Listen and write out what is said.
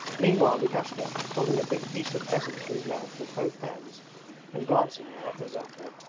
meanwhile lukashka, holding a big piece of pheasant to his mouth with both hands and glancing now at nazarka,